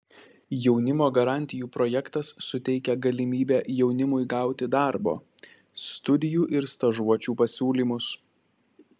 jaunimo garantijų projektas suteikia galimybę jaunimui gauti darbo studijų ir stažuočių pasiūlymus